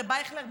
הרב אייכלר,